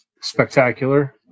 spectacular